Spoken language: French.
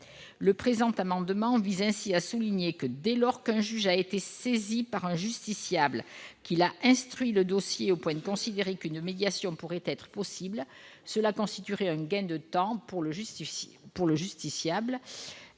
Le présent amendement vise donc à souligner que, dès lors qu'un juge a été saisi par un justiciable et qu'il a instruit le dossier au point de considérer qu'une médiation serait possible, il pourrait permettre au justiciable